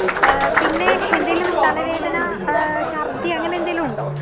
പിന്നെ എന്തേലും തലവേദന ഛർദി അങ്ങനെന്തേലും ഉണ്ടോ